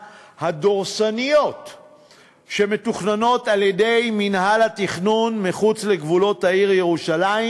הדורסניות שמתוכננות על-ידי מינהל התכנון מחוץ לגבולות העיר ירושלים,